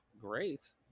great